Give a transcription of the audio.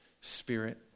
spirit